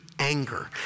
Anger